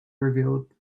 revealed